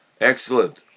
Excellent